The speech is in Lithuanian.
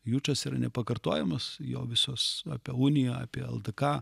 jučas yra nepakartojamas jo visos apie uniją apie ldk